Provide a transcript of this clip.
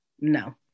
No